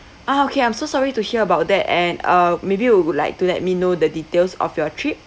ah okay I'm so sorry to hear about that and uh maybe you would like to let me know the details of your trip